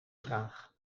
vraag